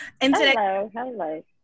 Hello